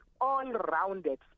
all-rounded